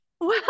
wow